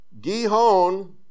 Gihon